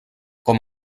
com